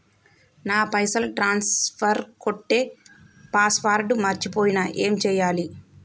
నా పైసల్ ట్రాన్స్ఫర్ కొట్టే పాస్వర్డ్ మర్చిపోయిన ఏం చేయాలి?